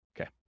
Okay